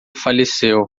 faleceu